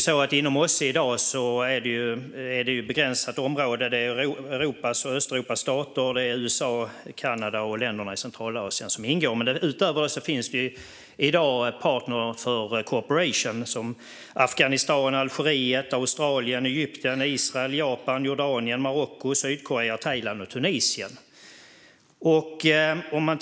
OSSE innefattar i dag ett begränsat område; det är Europas och Östeuropas stater, USA, Kanada och länderna i Centralasien som ingår. Utöver detta finns i dag partners for cooperation: Afghanistan, Algeriet, Australien, Egypten, Israel, Japan, Jordanien, Marocko, Sydkorea, Thailand och Tunisien.